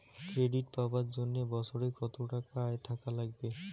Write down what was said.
Credit পাবার জন্যে বছরে কত টাকা আয় থাকা লাগবে?